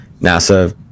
nasa